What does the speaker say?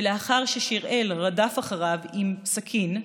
ולאחר ששיראל רדף אחריו עם סכין,